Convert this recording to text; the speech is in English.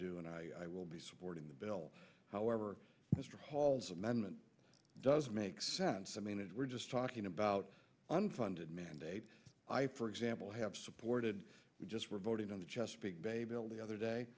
do and i will be supporting the bill however mr hall's amendment does make sense i mean it we're just talking about unfunded mandates i for example have supported we just were voting on the chesapeake bay bill the other day